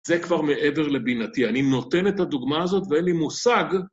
זה כבר מעבר לבינתי, אני נותן את הדוגמה הזאת ואין לי מושג.